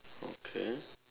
okay